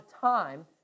time